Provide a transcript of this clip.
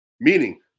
meaning –